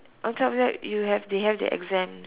on top of that you have to have the exam